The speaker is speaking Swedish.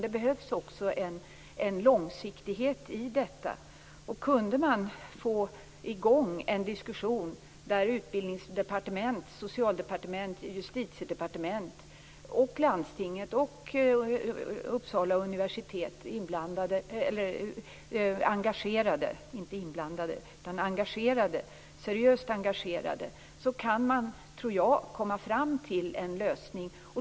Det behövs en långsiktighet i detta. Om det går att få i gång en diskussion och ett seriöst engagemang mellan Utbildningsdepartementet, Socialdepartementet, Justitiedepartementet, landstinget och Uppsala universitet, går det att komma fram till en lösning.